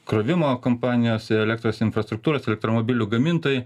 krovimo kompanijose elektros infrastruktūros elektromobilių gamintojai